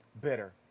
bitter